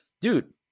dude